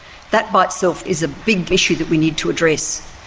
that by itself is a big issue that we need to address.